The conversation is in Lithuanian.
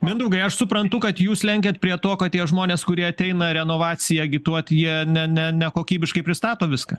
mindaugai aš suprantu kad jūs lenkiat prie to kad tie žmonės kurie ateina renovaciją agituot jie ne ne nekokybiškai pristato viską